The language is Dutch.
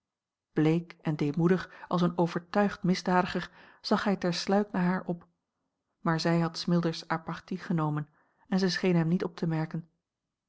een omweg moedig als een overtuigd misdadiger zag hij ter sluik naar haar op maar zij had smilders à partie genomen en zij scheen hem niet op te merken